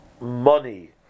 money